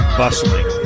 bustling